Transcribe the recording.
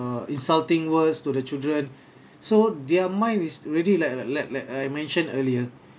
err insulting words to the children so their mine is really like a like like I mentioned earlier